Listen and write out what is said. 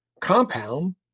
compound